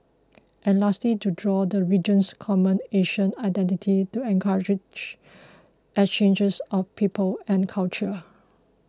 and lastly to draw the region's common Asian identity to encourage exchanges of people and culture